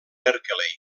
berkeley